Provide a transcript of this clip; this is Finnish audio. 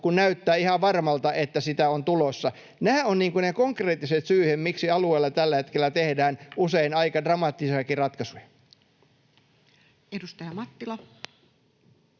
kun näyttää ihan varmalta, että sitä on tulossa. Nämä ovat ne konkreettiset syyt, miksi alueella tällä hetkellä tehdään usein aika dramaattisiakin ratkaisuja. [Speech 162]